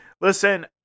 Listen